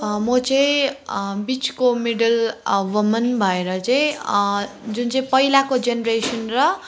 म चाहिँ बिचको मिडल वुमन भएर चाहिँ जुन चाहिँ पहिलाको जेनरेसन र